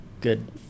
good